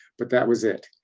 but that was it.